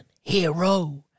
Hero